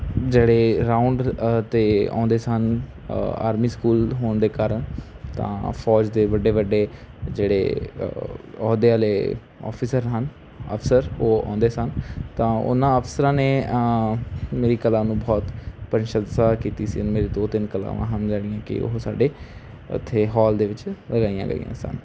ਜਿਹੜੇ ਰਾਊਂਡ 'ਤੇ ਆਉਂਦੇ ਸਨ ਆਰਮੀ ਸਕੂਲ ਹੋਣ ਦੇ ਕਾਰਨ ਤਾਂ ਫੌਜ ਦੇ ਵੱਡੇ ਵੱਡੇ ਜਿਹੜੇ ਅਹੁਦੇ ਵਾਲੇ ਔਫ਼ੀਸਰ ਹਨ ਅਫ਼ਸਰ ਉਹ ਆਉਂਦੇ ਸਨ ਤਾਂ ਉਨ੍ਹਾਂ ਅਫ਼ਸਰਾਂ ਨੇ ਮੇਰੀ ਕਲਾ ਨੂੰ ਬਹੁਤ ਪ੍ਰਸ਼ੰਸਾ ਕੀਤੀ ਸੀ ਮੇਰੀ ਦੋ ਤਿੰਨ ਕਲਾਵਾਂ ਹਨ ਜਿਹੜੀਆਂ ਕਿ ਉਹ ਸਾਡੇ ਉੱਥੇ ਹੋਲ ਦੇ ਵਿੱਚ ਲਗਾਈਆਂ ਗਈਆਂ ਸਨ